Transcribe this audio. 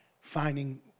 finding